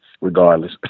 regardless